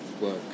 work